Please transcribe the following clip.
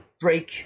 break